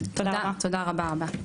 תודה רבה.